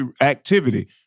activity